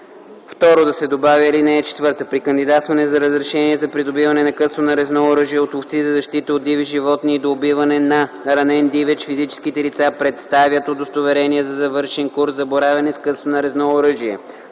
” 2. Да се добави ал. 4: „(4) При кандидатстване за разрешение за придобиване на късо нарезно оръжие от ловци за защита от диви животни и доубиване на ранен дивеч, физическите лица представят удостоверение за завършен курс за боравене с късо нарезно оръжие.”